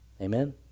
Amen